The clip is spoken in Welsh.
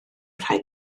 rhai